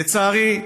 לצערי,